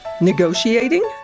negotiating